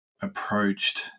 approached